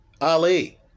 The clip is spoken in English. ali